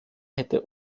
hätte